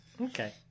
Okay